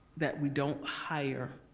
that we don't hire